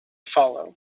follow